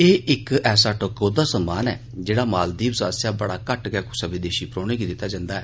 एह एक ऐसा टकोह्दा सम्मान ऐ जेह्ड़ा मालदीव्स आसेआ बड़ा घट्ट गै कुसा विदेशी परौहने गी दित्ता जंदा ऐ